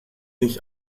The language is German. nicht